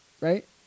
right